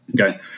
Okay